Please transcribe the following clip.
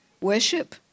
worship